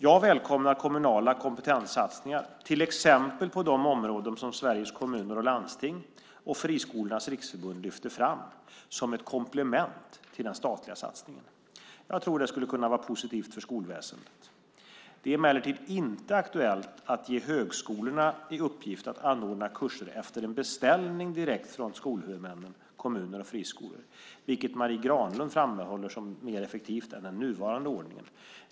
Jag välkomnar kommunala kompetenssatsningar, till exempel på de områden som Sveriges Kommuner och Landsting och Friskolornas Riksförbund lyfter fram, som ett komplement till den statliga satsningen. Jag tror att det skulle kunna vara positivt för skolväsendet. Det är emellertid inte aktuellt att ge högskolorna i uppgift att anordna kurser efter en beställning direkt från skolhuvudmännen, vilket Marie Granlund framhåller som mer effektivt än den nuvarande ordningen.